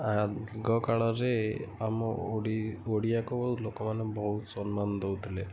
ଆଗ କାଳରେ ଆମ ଓଡ଼ିଆକୁ ଲୋକମାନେ ବହୁତ ସମ୍ମାନ ଦେଉଥିଲେ